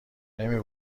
نمی